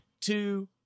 two